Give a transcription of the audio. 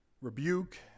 rebuke